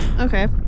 Okay